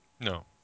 No